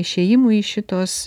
išėjimui iš šitos